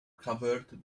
covered